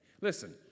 listen